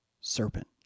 serpent